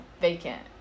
vacant